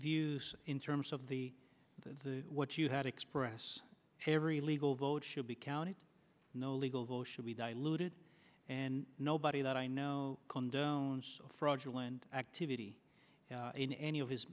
views in terms of the that what you had express every legal vote should be counted no legal bill should be diluted and nobody that i know condones fraudulent activity in any of his